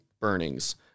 burnings